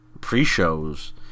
pre-shows